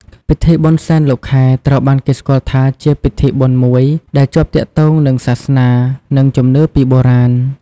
ពិធីបុណ្យសែនលោកខែ ត្រូវបានគេស្គាល់ថាជាពិធីបុណ្យមួយដែលជាប់ទាក់ទងនឹងសាសនា និងជំនឿពីបុរាណ។